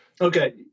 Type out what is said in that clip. Okay